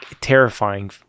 Terrifying